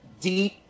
deep